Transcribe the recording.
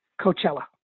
Coachella